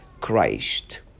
Christ